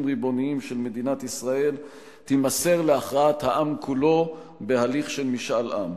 ריבוניים של מדינת ישראל תימסר להכרעת העם כולו בהליך של משאל עם.